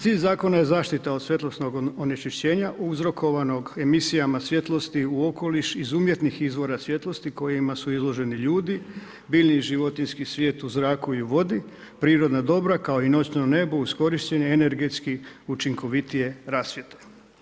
Cilj zakona je zaštita od svjetlosnog onečišćenja uzrokovanog emisija svjetlosti u okoliš iz umjetnih izvora svjetlostima kojima su izloženi ljudi, biljni i životinjski svijet u zraku i vodu, prirodna dobra kao i noć na nebu uz korištenje energetske učinkovitije rasvjete.